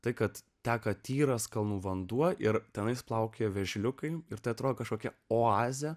tai kad teka tyras kalnų vanduo ir tenai plaukioja vėžliukai ir tai atrodo kažkokia oazė